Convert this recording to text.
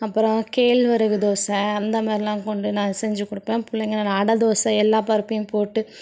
அப்புறம் கேழ்வரகு தோசை அந்த மாதிரிலாம் கொண்டு நான் செஞ்சுக் கொடுப்பேன் பிள்ளைங்களும் அடை தோசை எல்லா பருப்பையும் போட்டு